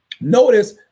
notice